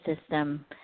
system